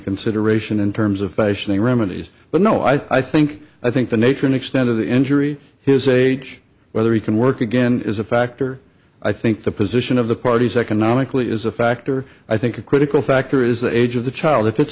consideration in terms of fashioning remedies but no i think i think the nature and extent of the injury his age whether he can work again is a factor i think the position of the parties economically is a factor i think a critical factor is the age of the child if it's